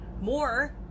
more